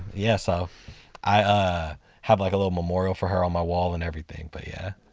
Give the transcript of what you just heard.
yeah, so i have like a little memorial for her on my wall and everything, but yeah.